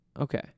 Okay